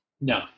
No